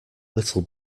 little